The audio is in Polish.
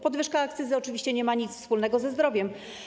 Podwyżka akcyzy oczywiście nie ma nic wspólnego ze zdrowiem.